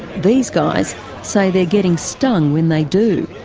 these guys say they're getting stung when they do.